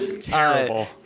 Terrible